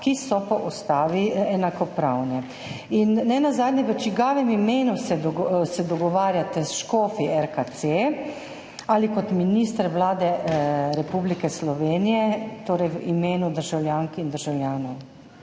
ki so po ustavi enakopravne? In nenazadnje, v čigavem imenu se dogovarjate s škofi RKC, ali kot minister Vlade Republike Slovenije, torej v imenu državljank in državljanov?